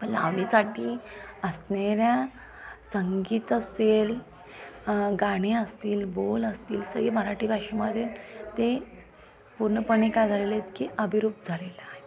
पण लावणीसाठी असणाऱ्या संगीत असेल गाणे असतील बोल असतील सगळे मराठी भाषेमध्ये ते पूर्णपणे काय झालेले आहेत की अभिरूप झालेलं आहे